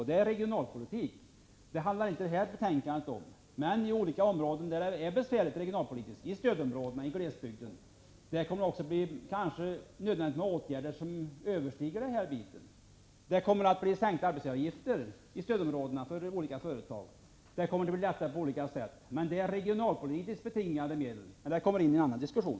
Det här betänkandet handlar visserligen inte om regionalpolitik, men i olika områden där det är bekymmersamt -- i stödområdena, i glesbygden -- kommer det kanske att bli nödvändigt med åtgärder som ligger utanför detta. Arbetsgivaravgifterna kommer att sänkas för företag i stödområdena, och det kommer att införas olika lättnader. Men då rör det sig om regionalpolitiskt betingade medel, som vi får diskutera vid ett annat tillfälle.